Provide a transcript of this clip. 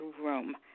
room